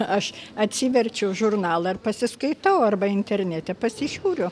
aš atsiverčiu žurnalą ar pasiskaitau arba internete pasižiūriu